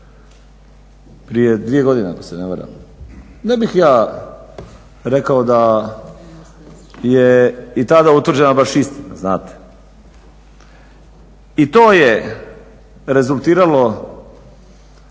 se ne varam. Ne bih ja rekao da je i tada utvrđena baš istina, znate. I to je rezultiralo